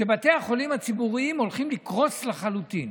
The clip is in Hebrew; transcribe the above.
שבתי החולים הציבוריים הולכים לקרוס לחלוטין.